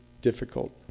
difficult